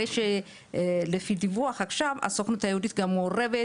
הרי לפי דיווח, עכשיו הסוכנות היהודית גם מעורבת